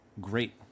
great